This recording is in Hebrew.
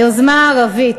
היוזמה הערבית,